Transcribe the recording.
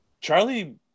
Charlie